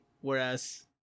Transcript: Whereas